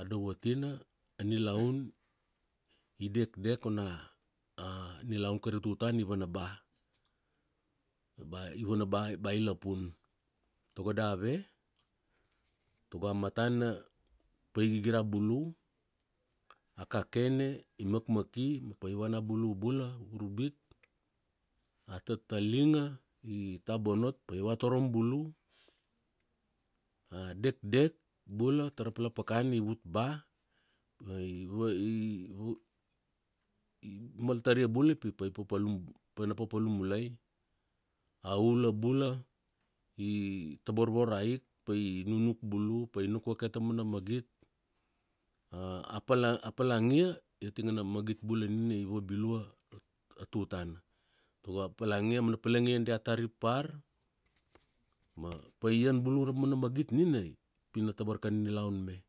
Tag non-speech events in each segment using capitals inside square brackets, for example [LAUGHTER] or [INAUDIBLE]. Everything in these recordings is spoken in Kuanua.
A dovatina,a nilaun i dekdek ona a nilaun kai ra tutana i vana ba. Ba i vana ba, ba i lapun. Tago dave? Tago a matana pai gigira bulu, a kakene i makmaki, pai vana bulu bula vurbit, a talinga i tabonot pai vatorom bulu, a dekdek bula tara palapakana i vut ba pai [HESITATION] mal taria bula pi pai papalum, pana papalum mulai. A ula bula i tovorvor aik. Pai nunuk bula, pai nuk vake taumana magit a palangia ia tikana magit bula nina i vabilua ra tutana, ta go a palangia, ma na palangia dia tarip par ma pai ian bulu ra mana magit nina pi na tabar kana nilaun me.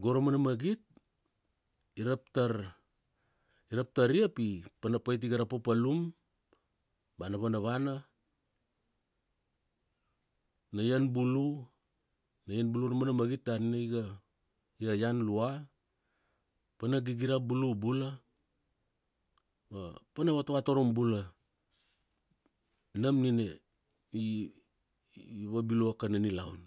Go ra mana magit i rap tar, i rap taria pi pana pait iga ra papalum, ba na vanavana, na ian bulu, na ian bulu ra mana magit dar na iga iaian lau, pa na gigira bula bula ma pa na vatorom bulu. Nam nina i vabilua kana nilaun.